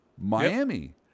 Miami